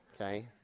okay